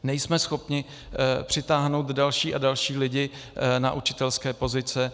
Nejsme schopni přitáhnout další a další lidi na učitelské pozice.